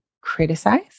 criticize